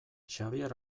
xabier